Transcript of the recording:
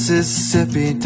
Mississippi